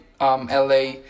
LA